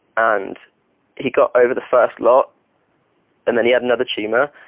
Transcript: and he got over the first lot and then he had another tumour.